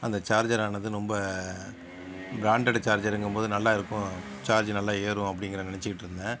அந்த சார்ஜரானது ரொம்ப ப்ராண்டடு சார்ஜருங்கும்போது நல்லாயிருக்கும் சார்ஜ் நல்லா ஏறும் அப்டிங்கறது நெனைச்சிட்ருந்தேன்